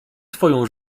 twoją